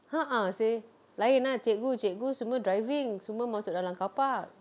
a'ah seh lain lah cikgu cikgu semua driving semua masuk dalam car park